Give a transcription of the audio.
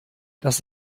das